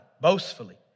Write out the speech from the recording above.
boastfully